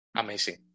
Amazing